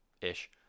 ish